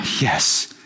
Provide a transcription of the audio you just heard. Yes